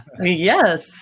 Yes